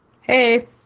Hey